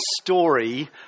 story